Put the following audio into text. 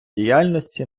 діяльності